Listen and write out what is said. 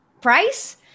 price